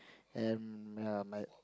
and err my